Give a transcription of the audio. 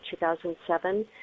2007